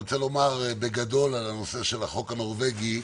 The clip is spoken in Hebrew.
לדבר בגדול על הנושא של החוק הנורווגי.